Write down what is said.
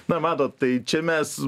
na matot tai čia mes